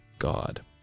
God